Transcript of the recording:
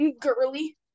girly